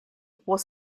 was